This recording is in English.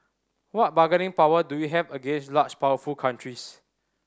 what bargaining power do we have against large powerful countries